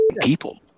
people